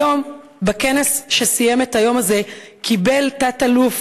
היום, בכנס שסיים את היום הזה, קיבל תת-אלוף